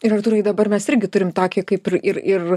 ir artūrui dabar mes irgi turim tokį kaip ir ir ir